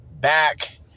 back